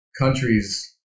countries